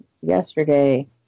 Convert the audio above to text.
yesterday